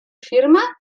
firma